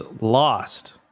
lost